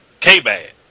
K-Bad